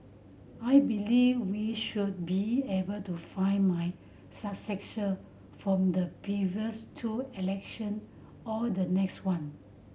I believe we should be able to find my successor from the previous two election or the next one